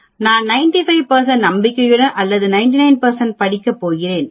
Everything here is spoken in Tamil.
நான் 95 நம்பிக்கையுடன் அல்லது 99 படிக்கப் போகிறேன்